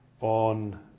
on